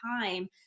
time